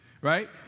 right